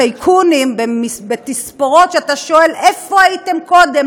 טייקונים בתספורות שאתה שואל: איפה הייתם קודם,